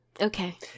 Okay